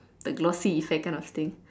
the glossy effect kind of thing